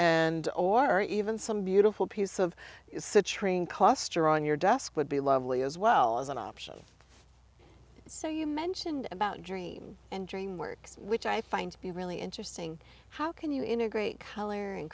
and or even some beautiful piece of citrine cluster on your desk would be lovely as well as an option so you mentioned about dream and dream works which i find to be really interesting how can you integrate color